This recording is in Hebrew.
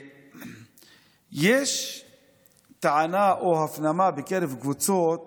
יש טענה או הפנמה בקרב קבוצות